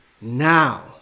now